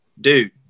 dude